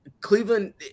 Cleveland